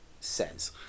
says